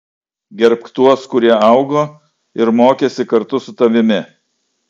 gerbk tuos kurie augo ir mokėsi kartu su tavimi